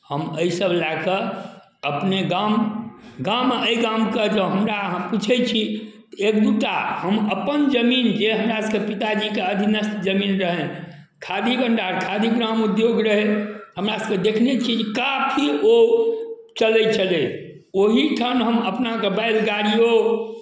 हम एहिसब लऽ कऽ अपने गाम गाम एहि गामके जँ हमरा अहाँ पुछै छी एक दुइटा हम अपन जमीन जे हमरासभके पिताजीके अधीनस्थ जमीन रहनि खादी भण्डार खादी ग्राम उद्योग रहनि हमरासभके देखने छिए जे काफी ओ चलै छलै ओहिठाम हम अपना एगो बैलगाड़िओ